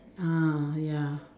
ah ya